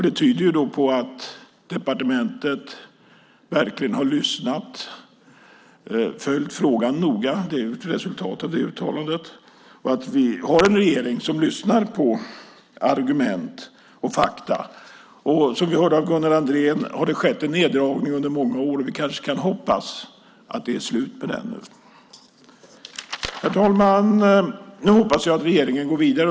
Det tyder på att departementet verkligen har lyssnat, följt frågan noga - det är väl ett resultat av det utlåtandet - och att vi har en regering som lyssnar på argument och fakta. Som vi hörde av Gunnar Andrén har det skett en neddragning under många år. Vi kanske kan hoppas att det är slut med den nu. Herr talman! Nu hoppas jag att regeringen går vidare.